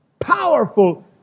Powerful